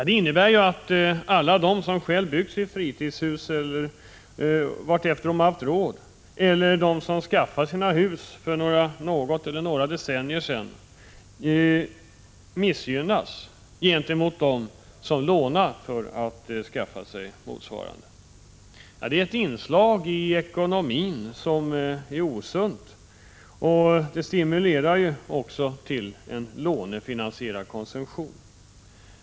Det innebär att alla de som själva byggt sitt fritidshus vartefter de haft råd, eller de som skaffade sina hus för några decennier sedan och betalat av lånen, missgynnas gentemot dem som lånat för att skaffa sig motsvarande fastigheter. Det är ett inslag i ekonomin som är osunt. Det stimulerar till en lånefinansierad konsumtion.